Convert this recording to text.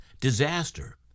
disaster